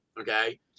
Okay